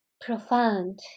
profound